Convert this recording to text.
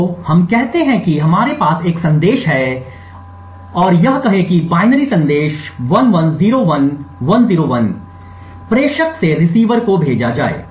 तो हम कहते हैं कि हमारे पास एक संदेश है और यह कहें कि बाइनरी संदेश 1101101 प्रेषक से रिसीवर को भेजा जाए